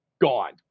gone